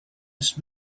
asked